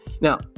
Now